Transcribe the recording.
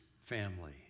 family